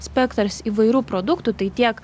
spektras įvairių produktų tai tiek